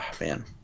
Man